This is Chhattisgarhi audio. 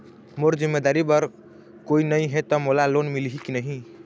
मोर जिम्मेदारी बर कोई नहीं हे त मोला लोन मिलही की नहीं?